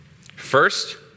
First